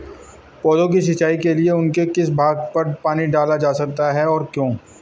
पौधों की सिंचाई के लिए उनके किस भाग पर पानी डाला जाता है और क्यों?